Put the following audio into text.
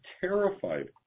terrified